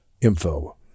info